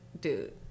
dude